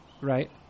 right